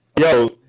Yo